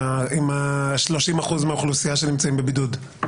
עם ה-30% אוכלוסייה שנמצאים בבידוד?